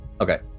Okay